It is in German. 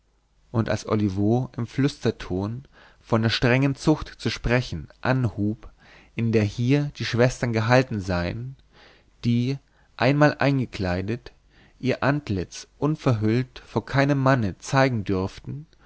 und als olivo im flüsterton von der strengen zucht zu sprechen anhub in der hier die schwestern gehalten seien die einmal eingekleidet ihr antlitz unverhüllt vor keinem manne zeigen dürften